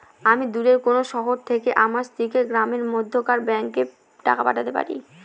আমি দূরের কোনো শহর থেকে আমার স্ত্রীকে গ্রামের মধ্যেকার ব্যাংকে টাকা পাঠাতে পারি?